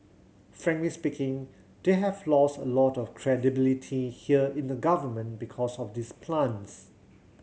frankly speaking they have lost a lot of credibility here in the government because of these plants